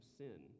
sin